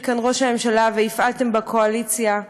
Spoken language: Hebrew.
כאן ראש הממשלה והפעלתם בקואליציה,